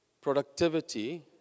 Productivity